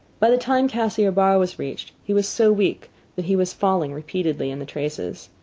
by the time cassiar bar was reached, he was so weak that he was falling repeatedly in the traces.